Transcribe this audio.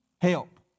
help